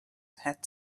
had